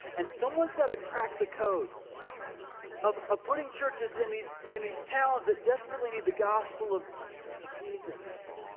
and someone's got to crack the code of of putting churches in these in these towns that desperately need the gospel of of jesus.